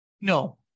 No